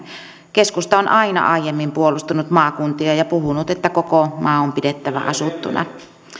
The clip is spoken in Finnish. keskusta on aina aiemmin puolustanut maakuntia ja ja puhunut että koko maa on pidettävä asuttuna